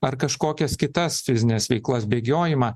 ar kažkokias kitas fizines veiklas bėgiojimą